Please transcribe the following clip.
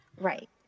Right